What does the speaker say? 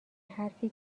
حرفی